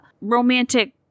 romantic